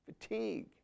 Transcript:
fatigue